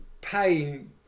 pain